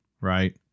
right